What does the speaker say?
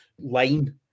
line